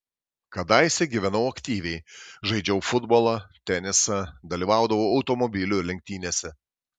kadaise gyvenau aktyviai žaidžiau futbolą tenisą dalyvaudavau automobilių lenktynėse